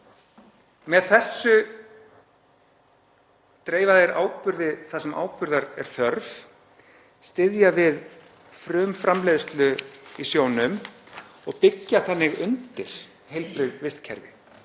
Með þessu dreifa þeir áburði þar sem áburðar er þörf, styðja við frumframleiðslu í sjónum og byggja þannig undir heilbrigð vistkerfi,